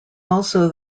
also